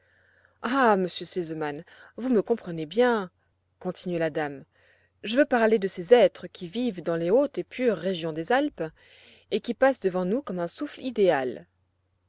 ah m r sesemann vous me comprenez bien continua la dame je veux parler de ces êtres qui vivent dans les hautes et pures régions des alpes et qui passent devant nous comme un souffle idéal